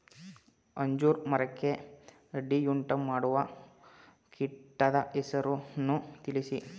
ಅಂಜೂರ ಮರಕ್ಕೆ ಅಡ್ಡಿಯುಂಟುಮಾಡುವ ಕೀಟದ ಹೆಸರನ್ನು ತಿಳಿಸಿ?